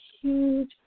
huge